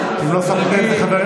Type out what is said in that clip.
אם לא שמת לב,